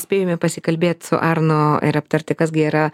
spėjome pasikalbėt su arnu ir aptarti kas gi yra